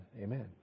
Amen